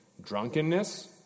drunkenness